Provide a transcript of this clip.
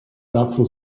dazu